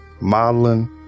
modeling